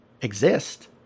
exist